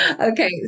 Okay